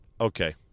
Okay